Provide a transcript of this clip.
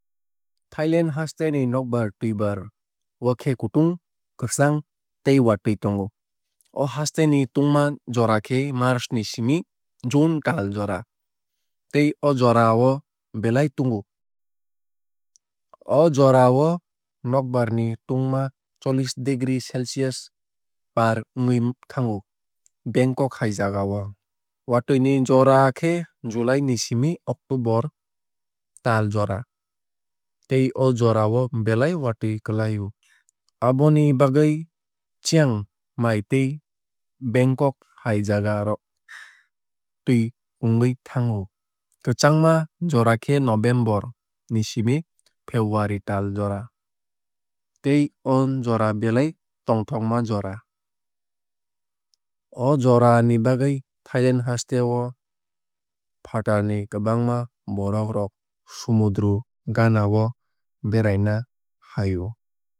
Thailand haste ni nokbar twuibar o khe kutung kwchang tei watui tongo. O haste ni tungma jora khe march ni simi june tal jora tei o jorao belai tungo. O jorao nokbar ni tungma chollish degree celcius par wngui thango bangkok hai jagao. Watui ni jora khe july ni simi october tal jora tei o jora o belai watui kwlai o. Aboni bagwui chiang mai tei bangkok hai jaga rok twui pungwui thango. Kwchangma jora khe november ni simi february tal jora tei o jora belai tongthokma jora. O jora ni bagwui thailand haste o fatarni kwbangma borok rok somudro gana o beraina fai o.